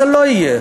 זה לא יהיה.